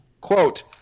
quote